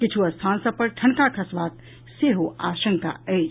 किछु स्थान सभ पर ठनका खसबाक सेहो आशंका अछि